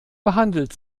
behandelt